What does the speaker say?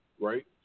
right